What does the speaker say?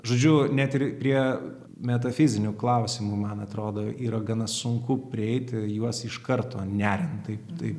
žodžiu net ir prie metafizinių klausimų man atrodo yra gana sunku prieiti į juos iš karto neriant taip taip